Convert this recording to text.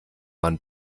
man